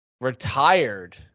retired